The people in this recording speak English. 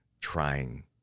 trying